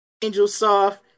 Angelsoft